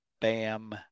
bam